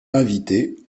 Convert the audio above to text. invité